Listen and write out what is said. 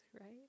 right